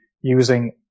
using